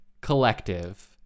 collective